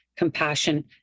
compassion